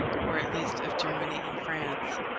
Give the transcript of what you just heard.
or at least of germany and france,